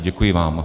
Děkuji vám.